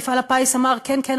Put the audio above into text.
ומפעל הפיס אמר: כן כן,